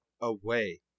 away